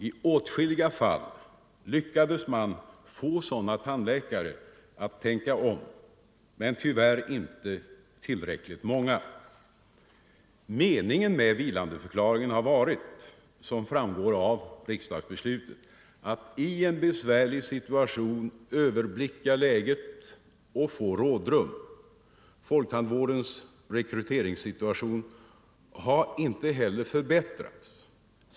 I åtskilliga fall lyckades man få sådana tandläkare att tänka om, men tyvärr inte tillräckligt många. Meningen med vilandeförklaringen har, som framgår av riksdagsbeslutet, varit att i en besvärlig situation överblicka läget och få rådrum. Folktandvårdens rekryteringssituation har inte heller förbättrats.